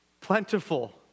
plentiful